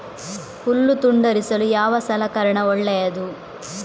ಹುಲ್ಲು ತುಂಡರಿಸಲು ಯಾವ ಸಲಕರಣ ಒಳ್ಳೆಯದು?